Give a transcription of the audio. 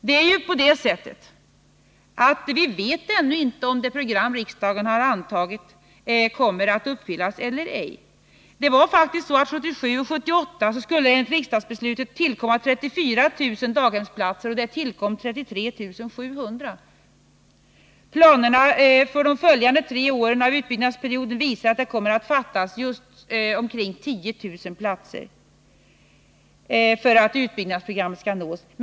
Det är ju på det sättet att vi ännu inte vet om det program som riksdagen har antagit kommer att kunna uppfyllas eller ej. Det var faktiskt så att det 1977 och 1978 enligt riksdagsbeslutet skulle tillkomma 34 000 daghemsplatser, men det tillkom 33 700. Planerna för de följande tre åren av utbyggnadsperioden visar att det kommer att fattas omkring 10 000 platser för att utbyggnadsprogrammet skall kunna fullföljas.